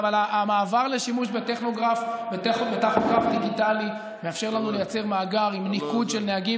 אבל המעבר לשימוש בטכוגרף דיגיטלי מאפשר לנו לייצר מאגר עם ניקוד של נהגים